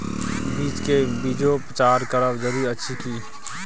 बीज के बीजोपचार करब जरूरी अछि की?